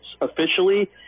officially